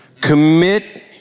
Commit